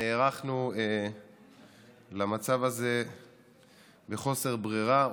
נערכנו למצב הזה מחוסר ברירה,